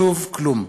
שוב, כלום.